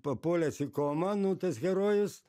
papuolęs į komą nu tas herojus